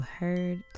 heard